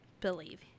believe